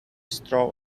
straw